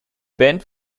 band